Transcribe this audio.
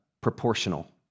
proportional